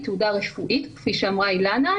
היא תעודה רפואית כפי שאמרה אילנה,